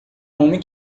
homem